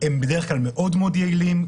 הם בדרך כלל מאוד-מאוד יעילים,